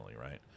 right